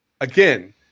again